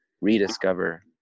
rediscover